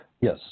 Yes